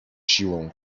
siła